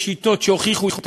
יש שיטות שהוכיחו את עצמן.